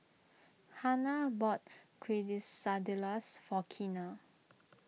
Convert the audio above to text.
Hanna bought Quesadillas for Keena